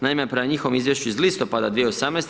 Naime, prema njihovom izvještaju iz listopada 2018.